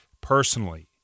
personally